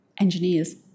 engineers